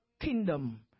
kingdom